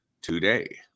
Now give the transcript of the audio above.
today